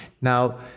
Now